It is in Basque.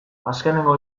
azkenengo